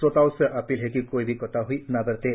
श्रोताओं से अपील है कि कोई भी कोताही न बरतें